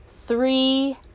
three